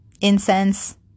incense